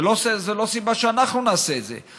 זו לא סיבה שאנחנו נעשה את זה.